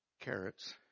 carrots